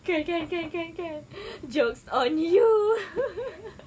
kan kan kan kan kan jokes on you